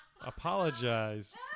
apologize